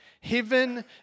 Heaven